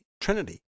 Trinity